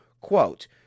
Quote